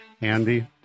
Andy